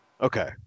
Okay